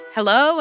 Hello